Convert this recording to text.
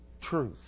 truth